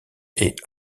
est